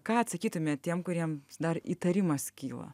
ką atsakytumėt tiem kuriem dar įtarimas kyla